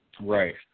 Right